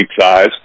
size